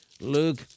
Luke